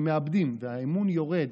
הם מאבדים, והאמון יורד.